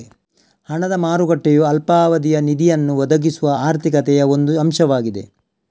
ಹಣದ ಮಾರುಕಟ್ಟೆಯು ಅಲ್ಪಾವಧಿಯ ನಿಧಿಯನ್ನು ಒದಗಿಸುವ ಆರ್ಥಿಕತೆಯ ಒಂದು ಅಂಶವಾಗಿದೆ